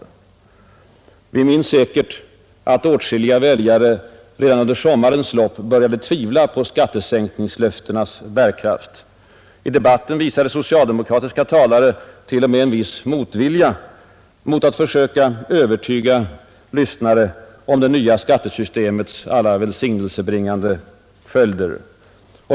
Alla minns säkerligen att åtskilliga väljare redan under sommarens lopp började tvivla på skattesänkningslöftenas bärkraft. I debatten visade socialdemokratiska talare t.o.m. en viss motvilja mot att försöka övertyga lyssnare om det nya skattesystemets välsignelsebringande följder.